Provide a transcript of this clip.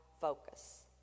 focus